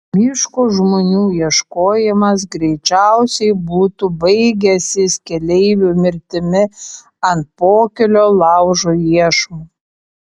miško žmonių ieškojimas greičiausiai būtų baigęsis keleivių mirtimi ant pokylio laužo iešmų